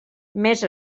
més